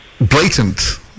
blatant